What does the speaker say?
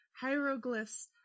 hieroglyphs